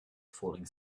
falling